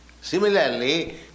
Similarly